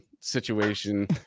situation